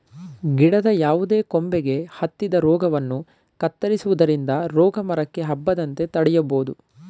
ಗಿಡದ ಯಾವುದೇ ಕೊಂಬೆಗೆ ಹತ್ತಿದ ರೋಗವನ್ನು ಕತ್ತರಿಸುವುದರಿಂದ ರೋಗ ಮರಕ್ಕೆ ಹಬ್ಬದಂತೆ ತಡೆಯಬೋದು